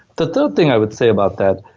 the third thing i would say about that,